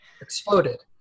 exploded